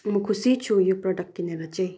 म खुसी छु यो प्रडक्ट किनेर चाहिँ